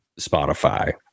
Spotify